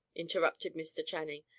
interrupted mr. channing.